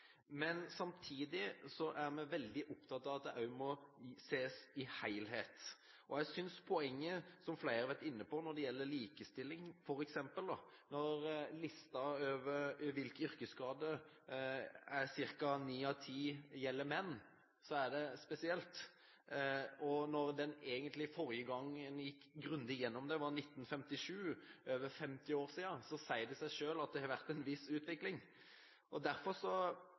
Samtidig er vi veldig opptatt av at det også må ses i en helhet. Jeg synes, som flere har vært inne på, at når det f.eks. gjelder likestilling, når listen over yrkesskader viser at ni av ti gjelder menn, er det spesielt. Forrige gang man gikk grundig igjennom dette, var i 1957 – for over 50 siden. Da sier det seg selv at det har vært en viss utvikling, og derfor